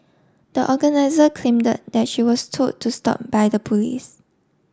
the organiser claimed that that she was told to stop by the police